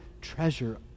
treasure